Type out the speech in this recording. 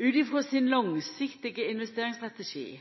Ut frå sin langsiktige investeringsstrategi